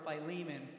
Philemon